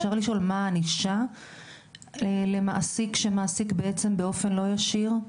אפשר לשאול מה היא הענישה למעסיק שמעסיק בעצם באופן לא ישיר,